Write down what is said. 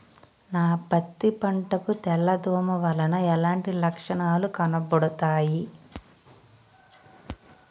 నా పత్తి పంట కు తెల్ల దోమ వలన ఎలాంటి లక్షణాలు కనబడుతాయి?